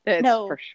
No